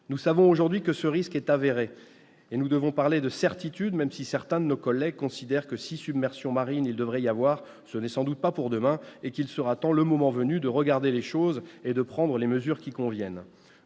Nous savons aujourd'hui que le risque est avéré et que nous devons parler de certitudes, même si certains de nos collègues considèrent que, si submersion marine il doit y avoir, ce n'est pas pour demain et qu'il sera temps, le moment venu, de regarder les choses et de prendre les mesures qui conviennent.